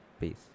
Peace